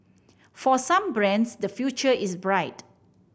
for some brands the future is bright